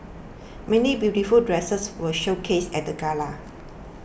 many beautiful dresses were showcased at the gala